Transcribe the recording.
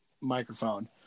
microphone